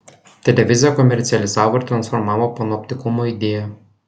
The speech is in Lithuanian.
televizija komercializavo ir transformavo panoptikumo idėją